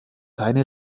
keine